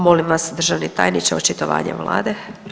Molim vas državni tajniče očitovanje vlade.